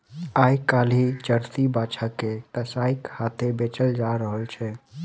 आइ काल्हि जर्सी बाछा के कसाइक हाथेँ बेचल जा रहल छै